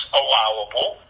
allowable